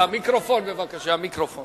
הוא חתום על הצעת החוק?